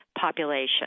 population